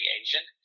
asian